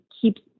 keeps